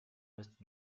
restent